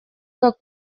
как